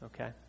Okay